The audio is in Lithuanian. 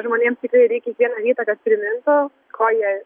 žmonėms tikrai reikia kiekvieną rytą kad primintų kuo jie